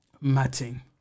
Matting